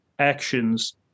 actions